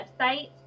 website